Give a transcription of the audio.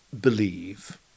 believe